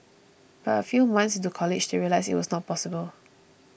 but a few months into college they realised it was not possible